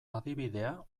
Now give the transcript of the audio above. adibidea